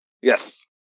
Yes